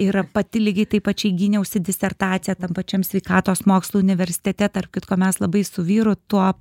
ir pati lygiai taip pat čia gyniausi disertaciją tam pačiam sveikatos mokslų universitete tarp kitko mes labai su vyru tuo